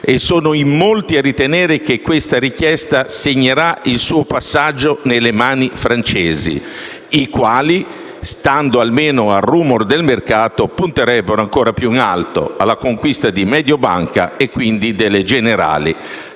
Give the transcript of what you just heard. e sono in molti a ritenere che questa richiesta segnerà il suo passaggio nelle mani dei francesi i quali, stando almeno ai *rumor* del mercato, punterebbero ancora più in alto: alla conquista di Mediobanca e quindi delle Generali,